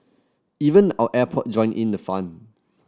even our airport joined in the fun